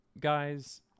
guys